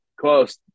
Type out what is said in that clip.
Close